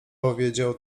odpowiedział